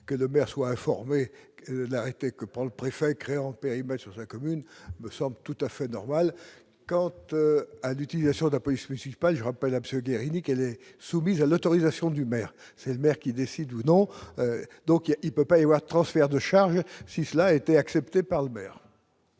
que le maire soit informé que l'arrêté que par le préfet, créant périmètre sur sa commune, me semble tout à fait normal quand à l'utilisation de la police municipale, je rappelle absolue Guérini qu'elle est soumise à l'autorisation du maire, c'est le maire qui décide, ou non, donc il peut pas y avoir de transfert de charge si cela été acceptée par le maire.